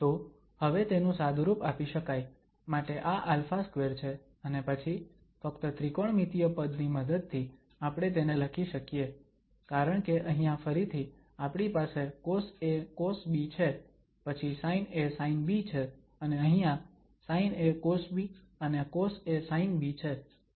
તો હવે તેનું સાદુરૂપ આપી શકાય માટે આ α2 છે અને પછી ફક્ત ત્રિકોણમિતિય પદ ની મદદથી આપણે તેને લખી શકીએ કારણકે અહીયા ફરીથી આપણી પાસે cosa cosb છે પછી sina sinb છે અને અહીંયા sina cosb અને cosa sinb છે વિગેરે